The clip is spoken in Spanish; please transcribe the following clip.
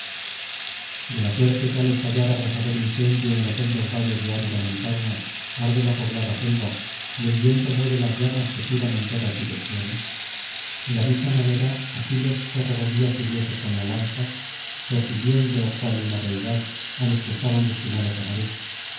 de la suerte que al estallar abrasador incendio en los hondos valles de árida montaña arde la poblada selva y el viento mueve las llamas que giran en todas direcciones de la misma manera aquiles se revolvía furioso con la lanza persiguiendo cual una deidad á los que estaban destinados á morir